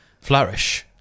flourish